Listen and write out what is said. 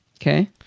Okay